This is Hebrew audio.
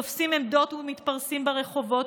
תופסים עמדות ומתפרסים ברחובות,